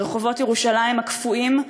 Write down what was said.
ברחובות ירושלים הקפואים,